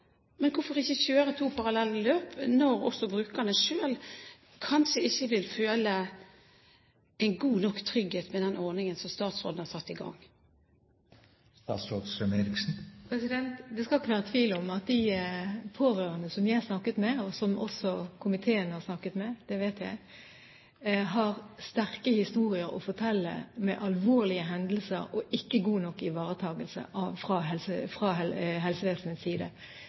Men hvorfor ikke kjøre to parallelle løp når brukerne selv kanskje ikke vil føle god nok trygghet med den ordningen som statsråden har satt i gang? Det skal ikke være tvil om at de pårørende som jeg har snakket med, og som også komiteen har snakket med – det vet jeg – har sterke historier å fortelle om alvorlige hendelser og ikke god nok ivaretakelse fra helsevesenets side.